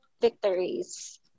victories